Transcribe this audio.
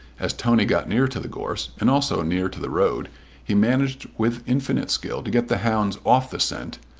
as tony got near to the gorse and also near to the road he managed with infinite skill to get the hounds off the scent,